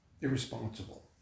irresponsible